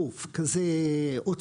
גוף כזה עוצמתי,